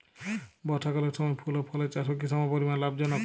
বর্ষাকালের সময় ফুল ও ফলের চাষও কি সমপরিমাণ লাভজনক?